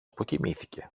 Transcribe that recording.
αποκοιμήθηκε